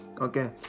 okay